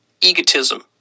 egotism